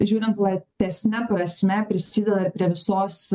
žiūrint platesne prasme prisideda prie visos